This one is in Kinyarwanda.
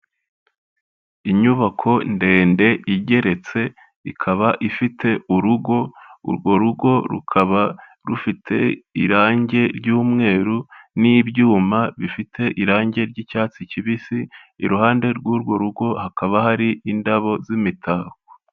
Inyubako ndende igeretse ikaba ifite urugo, urwo rugo rukaba rufite irangi ry'umweru, n'ibyuma bifite irangi ry'icyatsi kibisi, iruhande rw'urwo rugo hakaba hari indabo z'imitako.